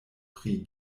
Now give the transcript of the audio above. pri